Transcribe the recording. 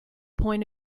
point